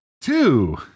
two